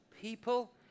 people